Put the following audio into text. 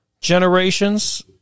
generations